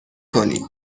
کنید